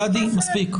מספיק.